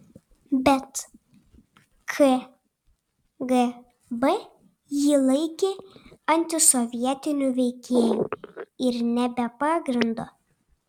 bet kgb jį laikė antisovietiniu veikėju ir ne be pagrindo